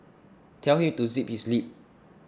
tell him to zip his lip